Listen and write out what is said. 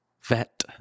vet